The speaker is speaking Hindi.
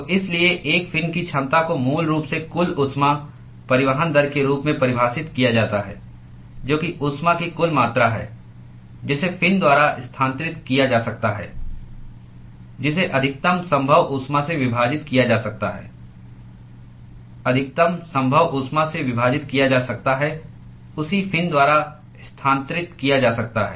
तो इसलिए एक फिन की क्षमता को मूल रूप से कुल ऊष्मा परिवहन दर के रूप में परिभाषित किया जाता है जो कि ऊष्मा की कुल मात्रा है जिसे फिन द्वारा स्थानांतरित किया जा सकता है जिसे अधिकतम संभव ऊष्मा से विभाजित किया जा सकता है अधिकतम संभव ऊष्मा से विभाजित किया जा सकता है उसी फिन द्वारा स्थानांतरित किया जा सकता है